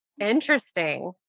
Interesting